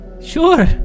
Sure